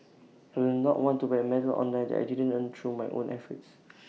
I will not want to buy A medal online that I didn't earn through my own efforts